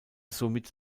somit